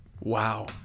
Wow